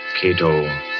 Cato